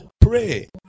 pray